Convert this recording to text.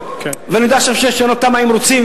ואני יודע שאפשר לשנות תמ"א אם רוצים.